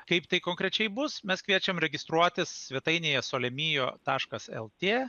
kaip tai konkrečiai bus mes kviečiam registruotis svetainėje solemio taškas lt